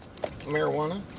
marijuana